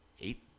eight